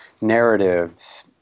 narratives